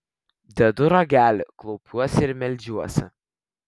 dedu ragelį klaupiuosi ir meldžiuosi